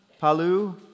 Palu